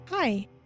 Hi